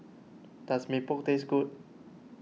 does Mee Pok taste good